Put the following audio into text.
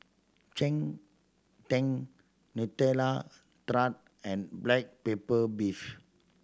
cheng tng Nutella Tart and black pepper beef